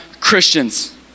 Christians